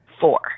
four